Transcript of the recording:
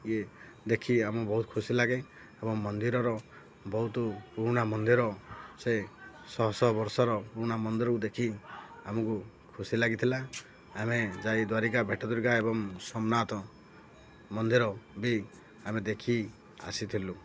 ଇଏ ଦେଖି ଆମକୁ ବହୁତ ଖୁସି ଲାଗେ ଏବଂ ମନ୍ଦିରର ବହୁତୁ ପୁରୁଣା ମନ୍ଦିର ସେ ଶହ ଶହ ବର୍ଷର ପୁରୁଣା ମନ୍ଦିରକୁ ଦେଖି ଆମକୁ ଖୁସି ଲାଗିଥିଲା ଆମେ ଯାଇ ଦ୍ଵାରିକା ଭେଟ ଦ୍ଵାରିକା ଏବଂ ସୋନାଥ ମନ୍ଦିର ବି ଆମେ ଦେଖି ଆସିଥିଲୁ